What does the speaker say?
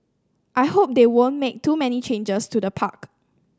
I hope they won't make too many changes to the park